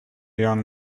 young